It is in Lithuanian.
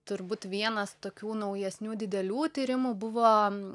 turbūt vienas tokių naujesnių didelių tyrimų buvo